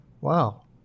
wow